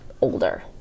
older